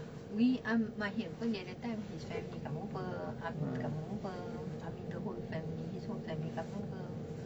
we ah mahir because the other time his family come over amin come over amin the whole family his whole family come over